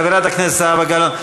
חברת הכנסת זהבה גלאון.